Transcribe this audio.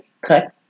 Cut